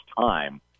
time